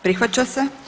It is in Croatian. Prihvaća se.